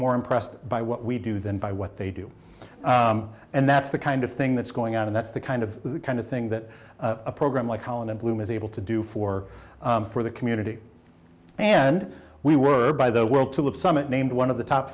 more impressed by what we do than by what they do and that's the kind of thing that's going out and that's the kind of the kind of thing that a program like holland and bloom is able to do for for the community and we were by the world to have summit named one of t